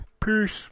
Peace